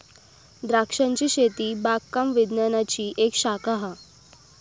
द्रांक्षांची शेती बागकाम विज्ञानाची एक शाखा हा